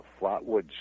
Flatwoods